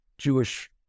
Jewish